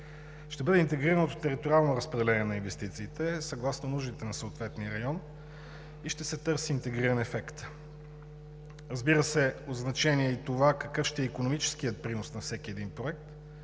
ще бъде интегрираното териториално разпределение на инвестициите съгласно нуждите на съответния район и ще се търси интегриран ефект. Разбира се, от значение е какъв ще е икономическият принос на всеки един проект